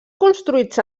construïts